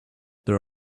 there